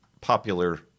popular